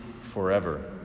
forever